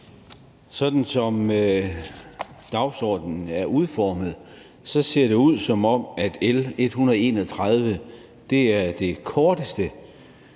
Sådan som dagsordenen er udformet, ser det ud, som om L 131 er det korteste,